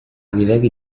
livelli